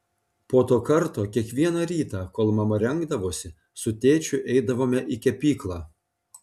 po to karto kiekvieną rytą kol mama rengdavosi su tėčiu eidavome į kepyklą